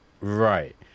right